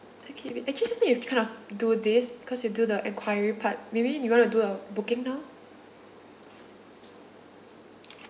okay wait actually just now you kind of do this because you do the enquiry part maybe you want to do a booking now